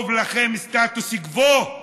טוב לכם סטטוס קוו.